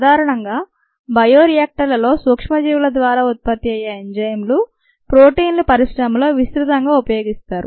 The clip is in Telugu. సాధారణంగా బయో రియాక్టర్లలో సూక్ష్మజీవులద్వారా ఉత్పత్తి అయ్యే ఎంజైమ్లు ప్రోటీన్లు పరిశ్రమలో విస్తృతంగా ఉపయోగిస్తారు